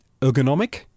ergonomic